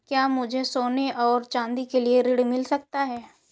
क्या मुझे सोने और चाँदी के लिए ऋण मिल सकता है?